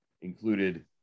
included